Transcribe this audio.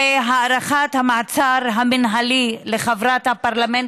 זה הארכת המעצר המינהלי לחברת הפרלמנט